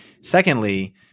Secondly